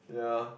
yeah